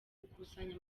gukusanya